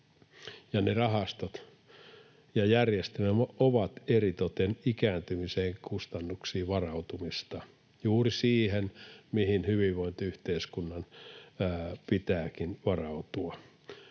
rahastot ja järjestelmä ovat eritoten ikääntymisen kustannuksiin varautumista, juuri siihen, mihin hyvinvointiyhteiskunnan pitääkin varautua.